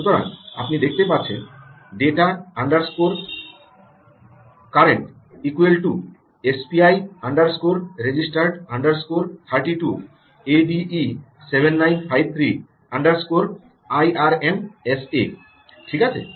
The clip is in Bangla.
সুতরাং আপনি দেখতে পাচ্ছেন data underscore current equal to SPI underscore register underscore 32 ADE 7953 underscore IRMSA data current SPI REGRD 32ADE7953 IRMSA ঠিক আছে